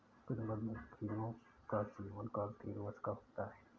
कुछ मधुमक्खियों का जीवनकाल तीन वर्ष का होता है